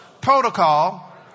protocol